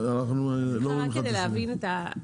רק כדי להבין את הסוגייה,